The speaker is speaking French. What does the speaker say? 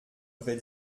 vrai